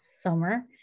summer